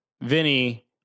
Vinny